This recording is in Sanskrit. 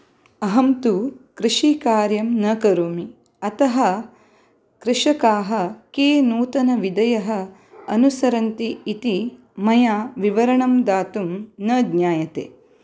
अहं तु कृषिकार्यं न करोमि अतः कृषकाः के नूतनविधयः अनुसरन्ति इति मया विवरणं दातुं न ज्ञायते